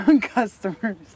Customers